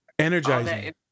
Energizing